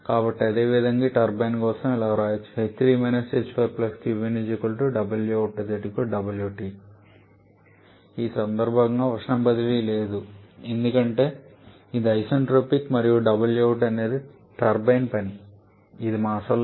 కాబట్టి అదేవిధంగా ఈ టర్బైన్ కోసం మనం ఇలా వ్రాయవచ్చు ఈ సందర్భంలో ఉష్ణ బదిలీ లేదు ఎందుకంటే ఇది ఐసెన్ట్రోపిక్ మరియు wout అనేది టర్బైన్ పని ఇది మా అసలు లక్ష్యం